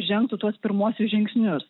žengtų tuos pirmuosius žingsnius